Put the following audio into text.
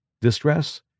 distress